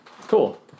cool